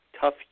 Tough